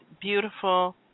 beautiful